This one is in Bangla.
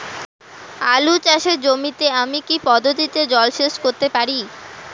আলু চাষে জমিতে আমি কী পদ্ধতিতে জলসেচ করতে পারি?